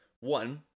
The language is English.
One